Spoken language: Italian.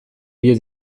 via